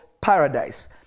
paradise